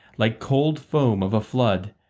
like cold foam of a flood,